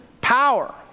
power